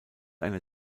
einer